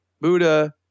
Buddha